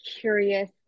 curious